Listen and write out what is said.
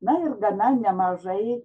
na ir gana nemažai